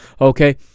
okay